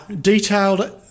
detailed